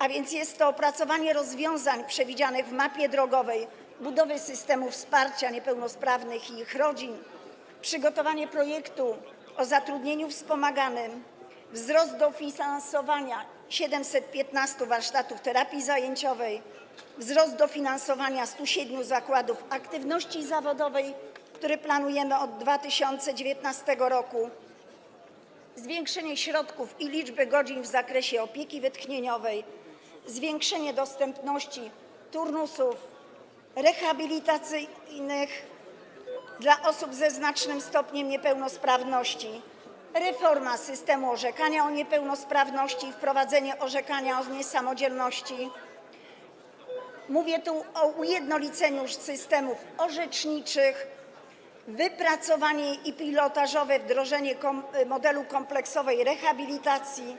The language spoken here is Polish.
A więc jest to opracowanie rozwiązań przewidzianych w mapie drogowej budowy systemu wsparcia niepełnosprawnych i ich rodzin, przygotowanie projektu dotyczącego zatrudnienia wspomaganego, wzrost dofinansowania 715 warsztatów terapii zajęciowej, wzrost dofinansowania 107 zakładów aktywności zawodowej, które planujemy od 2019 r., zwiększenie środków i liczby godzin w zakresie opieki wytchnieniowej, zwiększenie dostępności turnusów rehabilitacyjnych dla osób ze znacznym stopniem niepełnosprawności, reforma systemu orzekania o niepełnosprawności i wprowadzenie orzekania o niesamodzielności - mówię tu o ujednoliceniu systemów orzeczniczych - wypracowanie i pilotażowe wdrożenie modelu kompleksowej rehabilitacji,